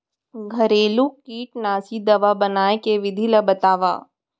घरेलू कीटनाशी दवा बनाए के विधि ला बतावव?